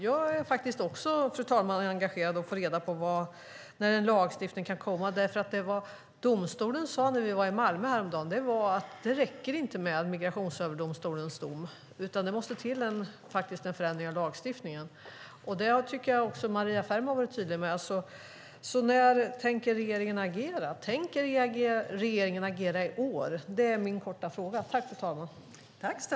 Jag är faktiskt också, fru talman, angelägen om att få reda på när en lagstiftning kan komma. Domstolen sade, när vi var i Malmö häromdagen, att det inte räcker med Migrationsöverdomstolens dom. Det måste faktiskt till en förändring av lagstiftningen. Det tycker jag också att Maria Ferm har varit tydlig med. När tänker regeringen agera? Tänker regeringen agera i år? Det är min korta fråga.